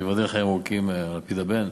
ייבדל לחיים ארוכים לפיד הבן,